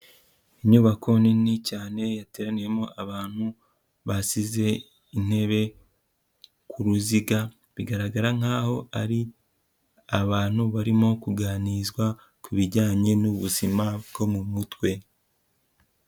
Inyubako nini cyane, yateraniyemo abantu basize intebe ku ruziga bigaragara nkaho ari abantu barimo kuganizwa ku bijyanye n'ubuzima bwo mu mutwe.